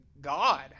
God